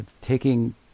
taking